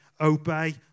obey